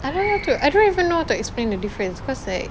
I don't know how to I don't even know how to explain the difference cause like